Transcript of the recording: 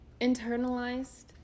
internalized